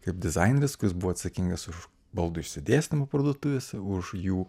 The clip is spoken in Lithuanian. kaip dizaineris kuris buvo atsakingas už baldų išsidėstymą parduotuvėse už jų